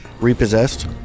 Repossessed